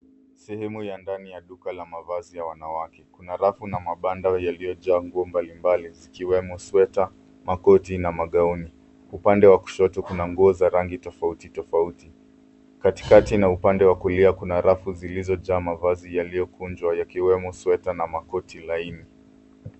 Sehemu ya ndani ya duka la mavazi ya wanawake. Kuna rafu na mabanda yaliyojaa nguo mbalimbali zikiwemo sweta, makoti na magauni. Upande wa kushoto kuna nguo za rangi tofauti tofauti. Katikati na upande wa kulia kuna rafu zilizojaa mavazi yaliyokunjwa yakiwemo sweta na makoti laini.